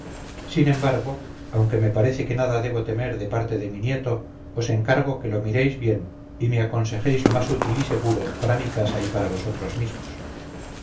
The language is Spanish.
sin embargo aunque me parece que nada debo temer de parte de mi nieto os encargo que lo miréis bien y me aconsejéis lo más útil y seguro para mi casa y para vosotros mismos